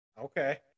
okay